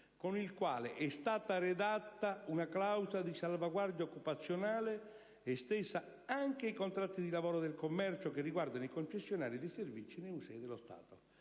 cui ambito è stata redatta una clausola di salvaguardia occupazionale estesa anche ai contratti di lavoro del commercio che riguardano i concessionari dei servizi nei musei dello Stato.